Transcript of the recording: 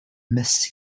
miss